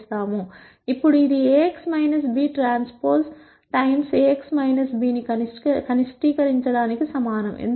ఇప్పుడు ఇది Ax b transpose times Ax bని కనిష్టీకరించడానికి సమానం ఎందుకంటే eAx b